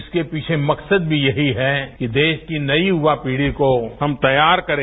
इसके पीछे मकसद भी यही है कि देश की नई युवा पीढ़ी को हम तैयार करें